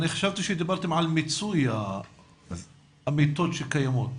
חשבתי שאתם דיברתם על מיצוי המיטות שקיימות,